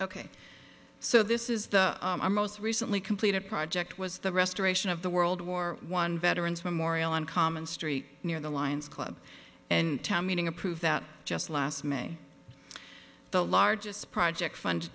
ok so this is the most recently completed project was the restoration of the world war one veterans memorial on common street near the lions club and town meeting approve that just last may the largest project fun